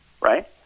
right